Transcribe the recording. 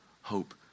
hope